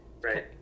Right